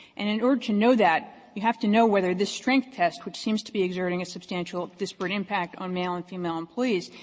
and in order to know that, you have to know whether this strength test, which seems to be exerting a substantial disparate impact on male and female employees,